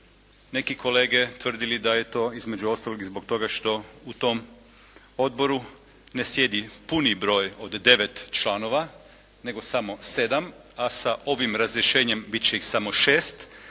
neki kolege tvrdili da je to između ostalog i zbog toga što u tom odboru ne sjedi puni broj od devet članova, nego samo sedam, a sa ovim razrješenjem bit će ih samo 6.